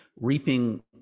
reaping